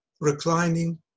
reclining